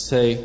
Say